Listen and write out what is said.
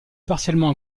partiellement